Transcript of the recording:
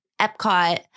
Epcot